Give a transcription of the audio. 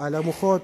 המוחות,